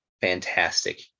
fantastic